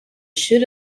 should